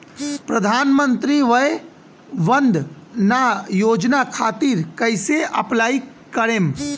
प्रधानमंत्री वय वन्द ना योजना खातिर कइसे अप्लाई करेम?